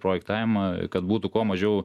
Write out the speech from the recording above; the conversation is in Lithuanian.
projektavimą kad būtų kuo mažiau